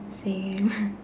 same